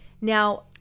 Now